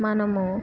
మనము